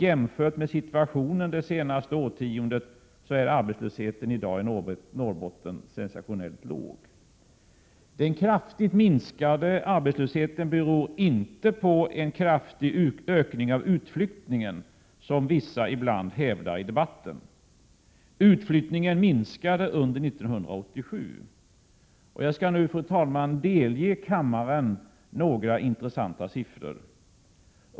Jämfört med situationen det senaste årtiondet är arbetslösheten i Norrbotten sensationellt låg. Den kraftiga minskningen av arbetslösheten beror inte på en kraftig ökning av utflyttningen, som vissa ibland hävdar i debatten. Utflyttningen minskade under 1987, och jag skall nu, fru talman, delge kammarens ledamöter några intressanta siffror.